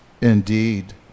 indeed